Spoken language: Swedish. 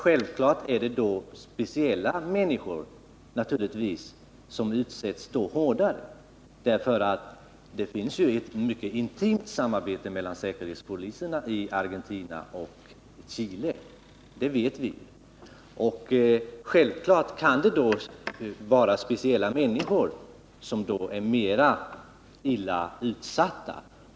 Självfallet blir då vissa personer hårdare utsatta. Vi vet att det förekommer ett mycket intimt samarbete mellan säkerhetspoliserna i Argentina och i Chile. Självfallet kan vissa människor då vara värre utsatta.